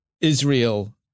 Israel